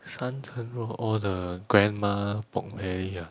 三层肉 orh the grandma pork belly ah